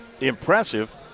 impressive